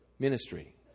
ministry